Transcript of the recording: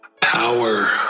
power